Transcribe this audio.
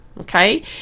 okay